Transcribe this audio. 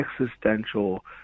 existential